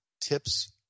tips